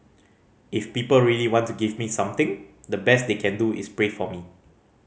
if people really want to give me something the best they can do is pray for me